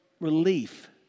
relief